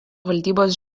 valdybos